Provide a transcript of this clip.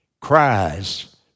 cries